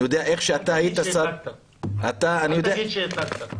אני יודע שכשאתה היית שר הרווחה ----- אל תגיד שהצגת.